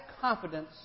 confidence